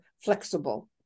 flexible